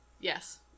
Yes